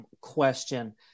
question